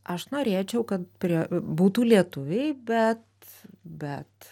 aš norėčiau kad prie būtų lietuviai bet bet